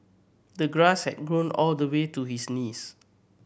the grass had grown all the way to his knees